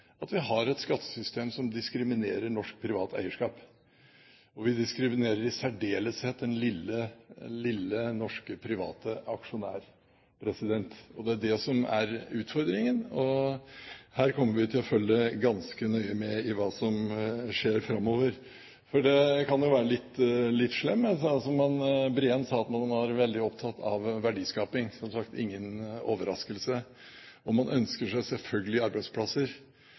at vi har et skattesystem som diskriminerer norsk privat eierskap, og vi diskriminerer i særdeleshet den lille, norske private aksjonæren. Det er det som er utfordringen. Her kommer vi til å følge ganske nøye med på hva som skjer framover, og jeg kan jo være litt slem, for som Opheim sa, er man veldig opptatt av verdiskaping. Det er som sagt ingen overraskelse. Man ønsker seg selvfølgelig arbeidsplasser.